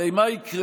הרי מה יקרה?